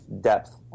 depth